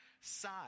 side